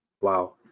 Wow